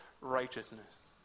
righteousness